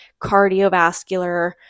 cardiovascular